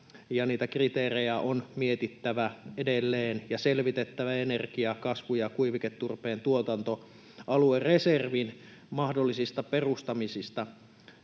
niitä kriteerejä on mietittävä edelleen ja selvitettävä energia-, kasvu- ja kuiviketurpeen tuotantoaluereservin mahdollista perustamista.